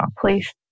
Please